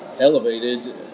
elevated